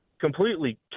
completely